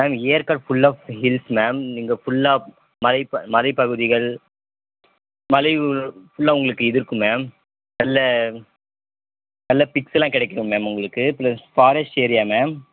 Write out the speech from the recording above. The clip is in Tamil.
மேம் ஏற்காடு ஃபுல்லாக ஹில்ஸ் மேம் நீங்கள் ஃபுல்லாக மலை மலைப் பகுதிகள் மலை ஃபுல்லாக உங்களுக்கு இது இருக்கும் மேம் நல்ல நல்ல பிக்ஸ்லாம் கிடைக்கும் மேம் உங்களுக்கு பிளஸ் ஃபாரஸ்ட் ஏரியா மேம்